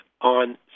on